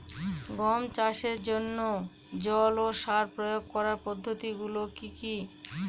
গম চাষের জন্যে জল ও সার প্রয়োগ করার পদ্ধতি গুলো কি কী?